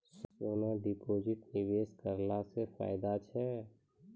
सोना deposit निवेश करला से फैदा छै?